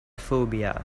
phobia